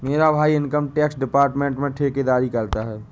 मेरा भाई income tax department में ठेकेदारी करता है